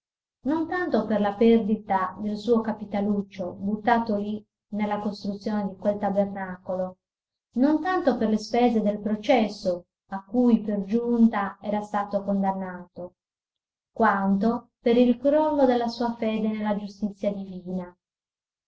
non tanto per la perdita del suo capitaluccio buttato lì nella costruzione di quel tabernacolo non tanto per le spese del processo a cui per giunta era stato condannato quanto per il crollo della sua fede nella giustizia divina